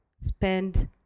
spend